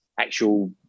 actual